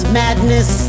madness